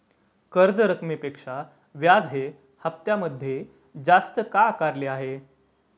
कर्ज रकमेपेक्षा व्याज हे हप्त्यामध्ये जास्त का आकारले आहे?